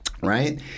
right